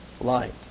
light